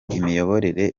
imiyoborere